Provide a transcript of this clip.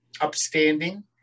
upstanding